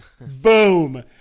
Boom